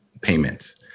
payments